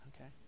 okay